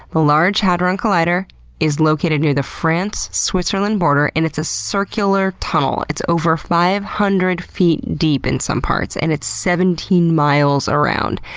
the large hadron collider is located near the france-switzerland border and it's a circular tunnel. it's over five hundred feet deep in some parts and is seventeen miles around.